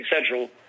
Central